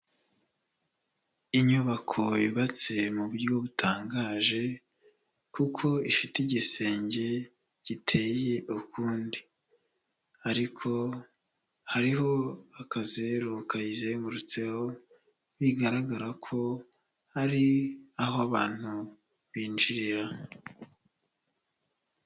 Inyubako yubatse mu buryo butangaje kuko ifite igisenge giteye ukundi ariko hariho akazeru kayizengurutseho bigaragara ko hari aho abantu binjirira.